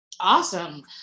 Awesome